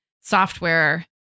software